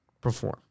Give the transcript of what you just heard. perform